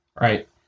Right